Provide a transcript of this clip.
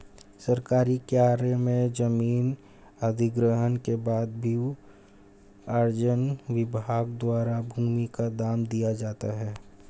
सरकारी कार्य में जमीन अधिग्रहण के बाद भू अर्जन विभाग द्वारा भूमि का दाम दिया जाता है